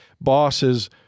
bosses